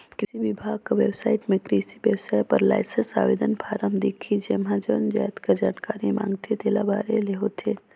किरसी बिभाग कर बेबसाइट में किरसी बेवसाय बर लाइसेंस आवेदन फारम दिखही जेम्हां जउन जाएत कर जानकारी मांगथे तेला भरे ले होथे